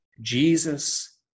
Jesus